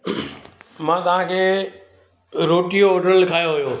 मां तव्हांखे रोटी जो ऑडर लिखायो हुओ